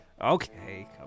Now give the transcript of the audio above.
Okay